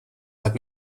hat